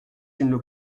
une